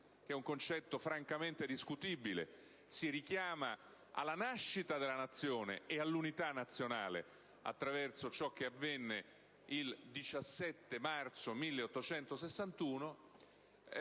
che è un concetto francamente discutibile, si richiama alla nascita della Nazione e all'Unità nazionale attraverso ciò che avvenne il 17 marzo 1861.